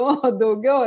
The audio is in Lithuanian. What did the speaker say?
o daugiau